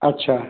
अच्छा